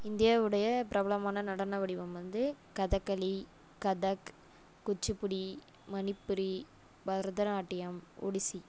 இந்தியாவுடைய பிரபலமான நடன வடிவம் வந்து கதக்களி கதக் குச்சுப்புடி மணிப்புரி பரதநாட்டியம் ஒடிசி